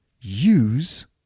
use